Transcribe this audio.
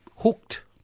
hooked